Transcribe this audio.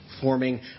forming